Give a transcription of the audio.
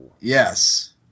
Yes